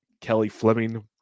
Kelly-Fleming